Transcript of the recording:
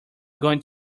going